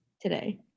today